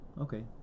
Okay